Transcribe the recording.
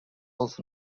was